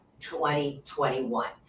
2021